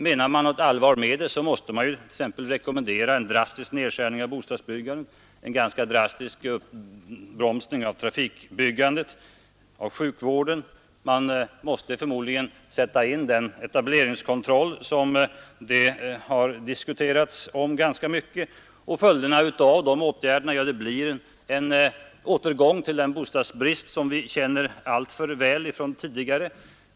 Menar man något allvar med detta, måste man t.ex. rekommendera en drastisk nedskärning av bostadsbyggandet samt en ganska drastisk uppbromsning av trafikbyggandet och av sjukvården. Man måste förmodligen sätta in den etableringskontroll som har diskuterats ganska mycket. Följderna av dessa åtgärder blir en återgång till den bostadsbrist vi känner alltför väl igen från tidigare år.